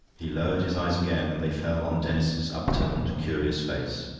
he lowered his eyes again, and they fell on denis's upturned curious face.